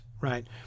Right